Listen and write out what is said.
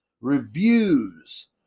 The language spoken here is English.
reviews